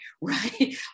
right